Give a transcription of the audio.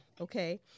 okay